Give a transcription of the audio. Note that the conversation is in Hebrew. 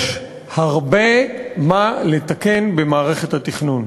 יש הרבה מה לתקן במערכת התכנון.